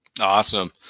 Awesome